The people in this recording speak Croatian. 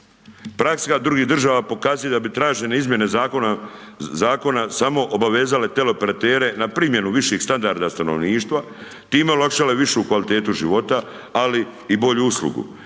Praksa drugih država pokazuje da bi tražene izmjene zakona samo obavezale teleoperatere na primjenu viših standarda stanovništva, time olakšale višu kvalitetu života, ali i bolju uslugu.